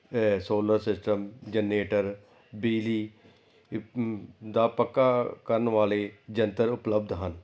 solar system generator ਬਿਜਲੀ ਦਾ ਪੱਕਾ ਕਰਨ ਵਾਲੇ ਯੰਤਰ ਉਪਲਬਧ ਹਨ